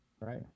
right